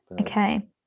Okay